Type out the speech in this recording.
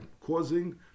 causing